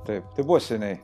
taip tai buvo seniai